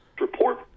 Report